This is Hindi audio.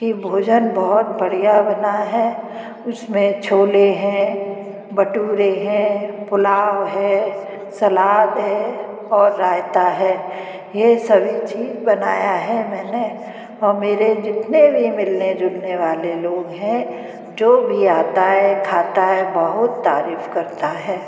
कि भोजन बहुत बढ़िया बना है उसमें छोले है भटूरे है पुलाव है सलाद है और राइता है यह सभी चीज बनाया है मैंने और मेरे जितने भी मिलने जुलने वाले लोग है जो भी आता है खाता है बहुत तारीफ़ करता है